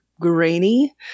grainy